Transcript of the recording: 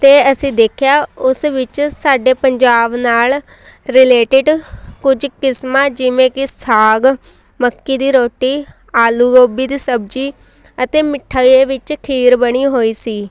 ਅਤੇ ਅਸੀਂ ਦੇਖਿਆ ਉਸ ਵਿੱਚ ਸਾਡੇ ਪੰਜਾਬ ਨਾਲ ਰਿਲੇਟਿਡ ਕੁਝ ਕਿਸਮਾਂ ਜਿਵੇਂ ਕਿ ਸਾਗ ਮੱਕੀ ਦੀ ਰੋਟੀ ਆਲੂ ਗੋਭੀ ਦੀ ਸਬਜ਼ੀ ਅਤੇ ਮਿੱਠੇ ਵਿੱਚ ਖੀਰ ਬਣੀ ਹੋਈ ਸੀ